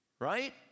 right